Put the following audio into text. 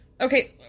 Okay